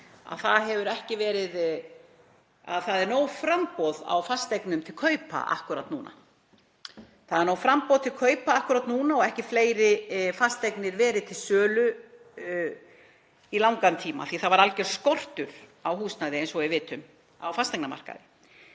það er nóg framboð á fasteignum til kaupa akkúrat núna og hafa ekki fleiri fasteignir verið til sölu í langan tíma af því að það var algjör skortur á húsnæði eins og við vitum á fasteignamarkaði.